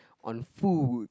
on food